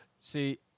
See